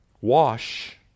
Wash